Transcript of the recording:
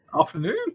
Afternoon